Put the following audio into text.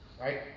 Right